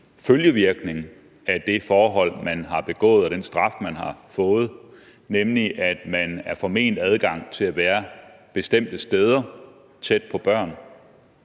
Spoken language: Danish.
følgevirkning af det forhold, man har begået, og den straf, man har fået, nemlig at man er forment adgang til at være bestemte steder tæt på børn?